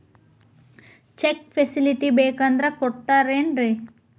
Check facility ಬೇಕಂದ್ರ ಕೊಡ್ತಾರೇನ್ರಿ?